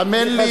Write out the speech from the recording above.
האמן לי,